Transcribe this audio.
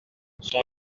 sont